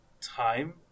time